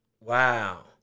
Wow